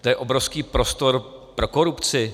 To je obrovský prostor pro korupci.